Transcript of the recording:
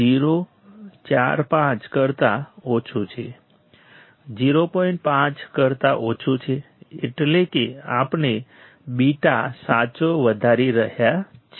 5 કરતા ઓછું છે એટલે કે આપણે β સાચો વધારી રહ્યા છીએ